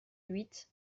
huit